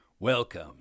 Welcome